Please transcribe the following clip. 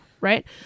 right